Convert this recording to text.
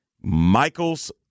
Michael's